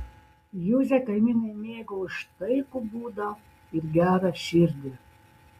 juzę kaimynai mėgo už taikų būdą ir gerą širdį